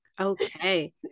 okay